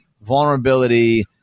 vulnerability